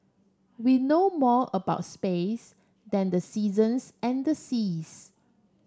we know more about space than the seasons and seas